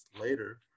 later